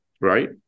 right